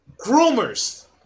groomers